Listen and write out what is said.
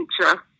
future